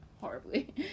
horribly